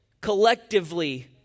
collectively